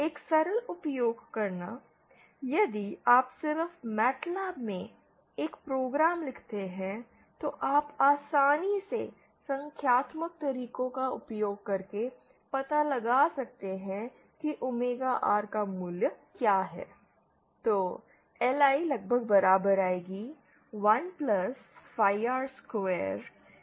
एक सरल उपयोग करना यदि आप सिर्फ MATLAB में एक प्रोग्राम लिखते हैं तो आप आसानी से संख्यात्मक तरीकों का उपयोग करके पता लगा सकते हैं कि ओमेगा आर का मूल्य क्या है